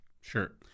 Sure